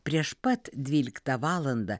prieš pat dvyliktą valandą